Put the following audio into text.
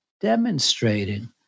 demonstrating